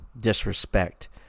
disrespect